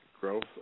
growth